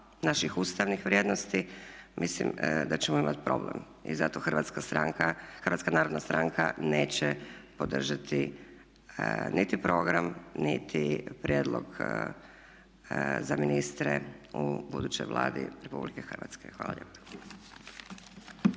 naših ustavnih vrijednosti mislim da ćemo imati problem i zato Hrvatska narodna stranka neće podržati niti program, niti prijedlog za ministre u budućoj Vladi Republike Hrvatske. Hvala lijepa.